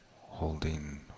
holding